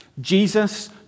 Jesus